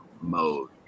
mode